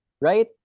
Right